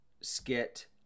skit